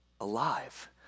alive